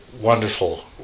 wonderful